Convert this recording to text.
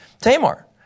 Tamar